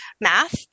math